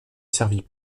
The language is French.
servit